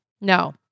No